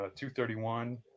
231